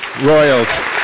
Royals